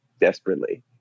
desperately